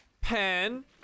Pen